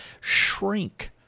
shrink